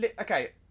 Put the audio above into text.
okay